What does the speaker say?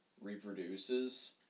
reproduces